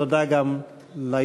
תודה גם ליוזמים,